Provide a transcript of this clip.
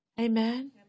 amen